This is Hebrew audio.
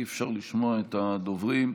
אי-אפשר לשמוע את הדוברים.